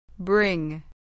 Bring